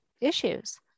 issues